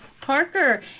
Parker